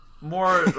More